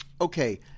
Okay